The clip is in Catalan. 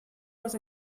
les